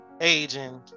aging